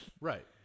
right